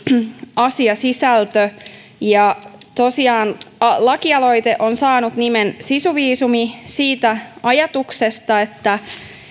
asiasisältö tosiaan lakialoite on saanut nimen sisuviisumi siitä ajatuksesta että